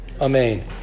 Amen